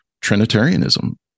Trinitarianism